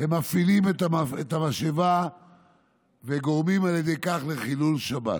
הם מפעילים את המשאבה וגורמים על ידי כך לחילול שבת.